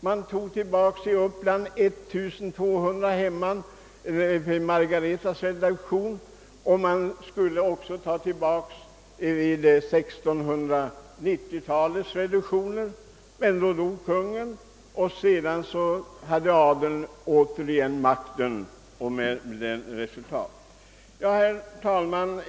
Det togs i Uppland tillbaka 1200 hemman vid Margaretas reduktion. Man skulle också ta tillbaka egendomar vid reduktioner under 1690-talet, men då dog kungen, och sedan hade adeln återigen makten. Resultatet blev därefter. Herr talman!